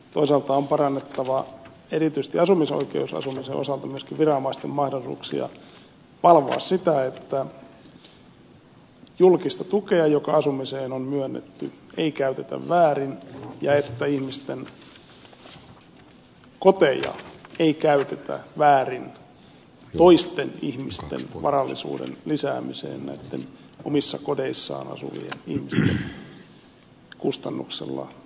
toisaalta on parannettava erityisesti asumisoikeusasumisen osalta myöskin viranomaisten mahdollisuuksia valvoa sitä että julkista tukea joka asumiseen on myönnetty ei käytetä väärin ja että ihmisten koteja ei käytetä väärin toisten ihmisten varallisuuden lisäämiseen näitten omissa kodeissaan asuvien ihmisten kustannuksella